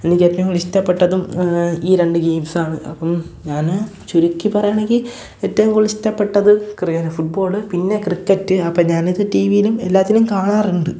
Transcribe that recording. എനിക്ക് ഏറ്റവും ഇഷ്ടപ്പെട്ടതും ഈ രണ്ടു ഗെയിംസാണ് അപ്പം ഞാൻ ചുരുക്കി പറയാണെങ്കിൽ ഏറ്റവും കൂടുതൽ ഇഷ്ടപ്പെട്ടത് ക്രി അല്ല ഫുട്ബോൾ പിന്നെ ക്രിക്കറ്റ് അപ്പം ഞാനിത് ടി വിയിലും എല്ലാറ്റിലും കാണാറുണ്ട്